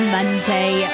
Monday